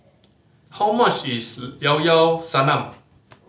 how much is Llao Llao Sanum